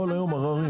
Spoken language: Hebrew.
כל היום עררים.